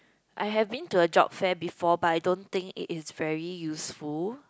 I have been to a job fair before but I don't think it is very useful